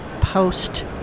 post